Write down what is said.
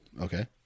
okay